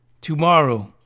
Tomorrow